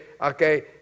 okay